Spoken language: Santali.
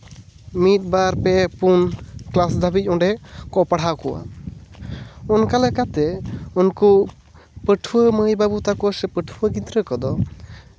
ᱢᱤᱫ ᱵᱟᱨ ᱯᱮ ᱯᱩᱱ ᱠᱞᱟᱥ ᱫᱷᱟᱹᱵᱤᱡ ᱚᱸᱰᱮ ᱠᱚ ᱯᱟᱲᱦᱟᱣ ᱠᱚᱣᱟ ᱚᱱᱠᱟ ᱞᱮᱠᱟᱛᱮ ᱩᱱᱠᱩ ᱯᱟᱹᱴᱷᱩᱣᱟᱹ ᱢᱟᱹᱭᱼᱵᱟᱹᱵᱩ ᱛᱟᱠᱚ ᱥᱮ ᱯᱟᱹᱴᱷᱩᱣᱟᱹ ᱜᱤᱫᱽᱨᱟᱹ ᱠᱚᱫᱚ